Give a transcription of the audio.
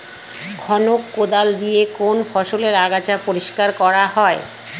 খনক কোদাল দিয়ে কোন ফসলের আগাছা পরিষ্কার করা হয়?